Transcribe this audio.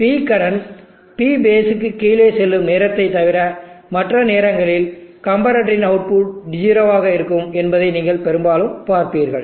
எனவே P current P phase க்கு கீழே செல்லும் நேரத்தை தவிர மற்ற நேரங்களில் கம்பரட்டர் இன் அவுட்புட் 0 ஆக இருக்கும் என்பதை நீங்கள் பெரும்பாலும் பார்ப்பீர்கள்